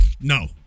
No